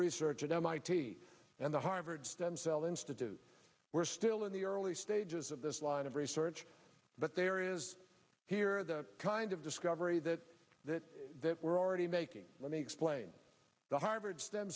research at mit and the harvard stem cell institute we're still in the early stages of this line of research but there is here the kind of discovery that that we're already making let me explain the harvard stem